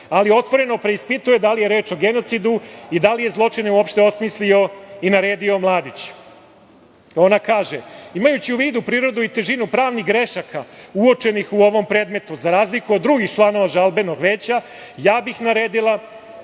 ali otvoreno preispituje da li je reč o genocidu i da li je zločin uopšte osmislio i naredio Mladić. Ona kaže – imajući u vidu prirodu i težinu pravnih grešaka uočenih u ovom predmetu, za razliku od drugih članova žalbenog veća, ja bih naredila